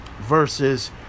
versus